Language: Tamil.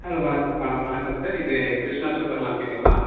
ஹலோ வணக்கம் வ வணக்கம் சார் இது கிருஷ்ணா சூப்பர் மார்க்கெட்டுங்களா